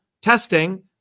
testing